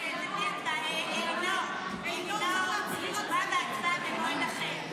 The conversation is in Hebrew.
אישור הכנסת לפתיחה בהליך פלילי או אזרחי),